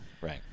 right